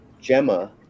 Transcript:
Gemma